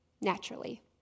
naturally